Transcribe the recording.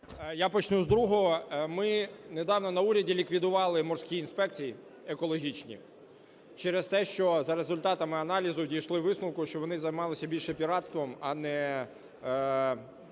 Я почну з другого. Ми недавно на уряді ліквідували морські інспекції екологічні через те, що за результатами аналізу дійшли висновку, що вони займалися більше піратством, а не